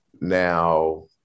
Now